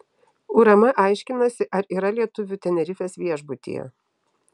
urm aiškinasi ar yra lietuvių tenerifės viešbutyje